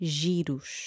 giros